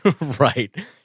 Right